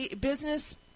business